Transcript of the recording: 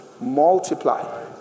multiply